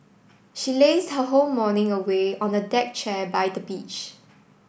she lazed her whole morning away on a deck chair by the beach